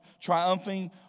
triumphing